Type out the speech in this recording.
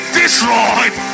destroyed